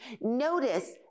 Notice